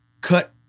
Cut